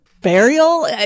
burial